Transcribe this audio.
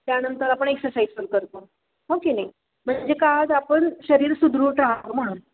त्यानंतर आपण एक्सरसाइज पण करतो हो की नाही म्हणजे का आपण शरीर सुदृढ राहावं म्हणून